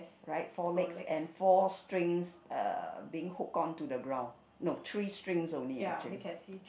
right four legs and four strings uh being hooked on to the ground no three strings only actually